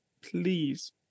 please